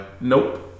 Nope